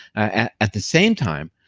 at the same time,